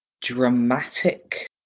dramatic